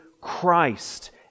Christ